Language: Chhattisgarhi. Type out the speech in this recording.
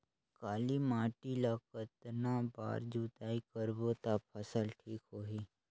काली माटी ला कतना बार जुताई करबो ता फसल ठीक होती?